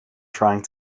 trying